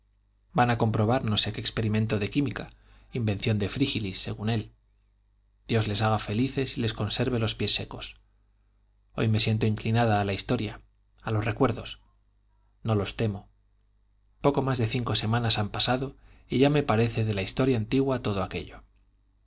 van a comprobar no sé qué experimento de química invención de frígilis según él dios les haga felices y les conserve los pies secos hoy me siento inclinada a la historia a los recuerdos no los temo poco más de cinco semanas han pasado y ya me parece de la historia antigua todo aquello